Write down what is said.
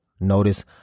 notice